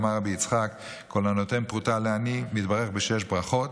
אמר רבי יצחק: "כל הנותן פרוטה לעני מתברך בשש ברכות,